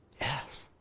Yes